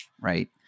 right